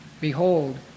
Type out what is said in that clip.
Behold